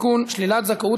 ראיתי שפשוט, שם.